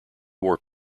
war